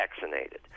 vaccinated